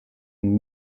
and